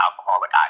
alcoholic